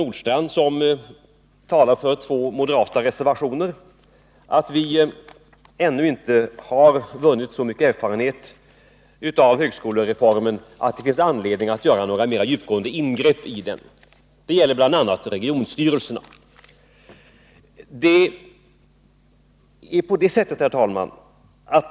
När jag säger också till Ove Nordstrandh, att vi ännu inte har vunnit så mycket erfarenhet av högskolereformen att det finns anledning att göra några mera djupgående ingrepp i den gäller detta bl.a. regionstyrelserna.